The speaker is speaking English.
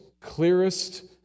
clearest